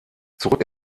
zurück